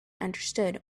understood